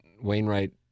Wainwright